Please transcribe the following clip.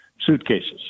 suitcases